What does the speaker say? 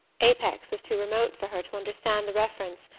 apex was too remote for her to understand the reference,